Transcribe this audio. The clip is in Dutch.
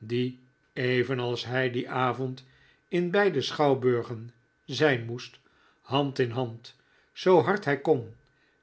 die evenals hij dien avond in beide schouwburgen zijn moest hand in hand zoo hard hij kon